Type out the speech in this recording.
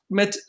met